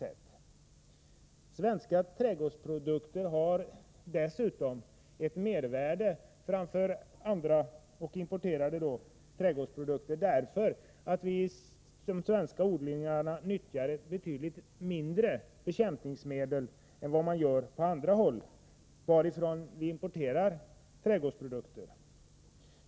Svenska trädgårdsprodukter har dessutom ett mervärde framför importerade trädgårdsprodukter, därför att vi i Sverige använder betydligt mindre bekämpningsmedel än vad man gör i de länder från vilka vi importerar trädgårdsprodukter.